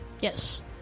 Yes